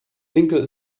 winkel